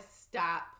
stop